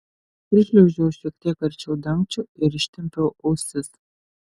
prišliaužiau šiek tiek arčiau dangčio ir ištempiau ausis